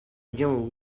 young